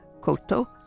Koto